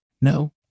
No